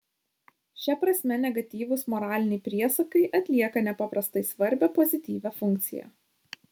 šia prasme negatyvūs moraliniai priesakai atlieka nepaprastai svarbią pozityvią funkciją